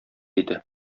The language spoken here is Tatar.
иде